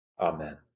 Amen